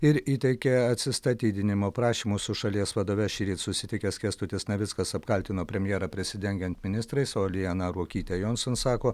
ir įteikė atsistatydinimo prašymus su šalies vadove šįryt susitikęs kęstutis navickas apkaltino premjerą prisidengiant ministrais o liana ruokytė jonson sako